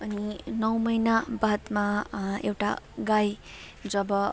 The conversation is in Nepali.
अनि नौ महिनाबादमा एउटा गाई जब